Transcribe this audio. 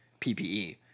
PPE